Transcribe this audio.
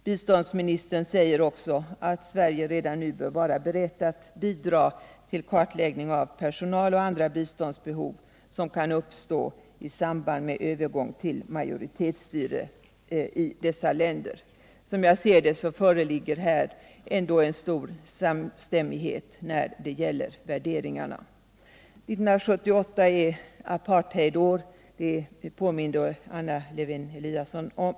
Biståndsministern säger också att Sverige redan nu bör vara berett att bidra till kartläggning av personalbehov och andra biståndsbehov som kan uppstå i samband med övergång till majoritetsstyre i dessa länder. Som jag ser det föreligger här stor samstämmighet när det gäller värderingar. 1978 är antiapartheidår. Det påminde bl.a.